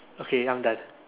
okay I'm done